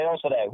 today